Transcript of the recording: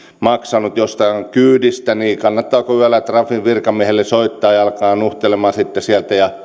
maksanut jostain kyydistä niin kannattaako yöllä trafin virkamiehelle soittaa ja alkaa nuhtelemaan ja